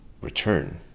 return